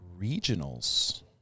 regionals